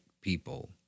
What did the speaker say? people